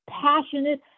passionate